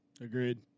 Agreed